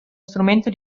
strumento